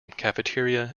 cafeteria